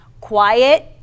Quiet